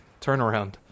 turnaround